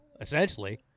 essentially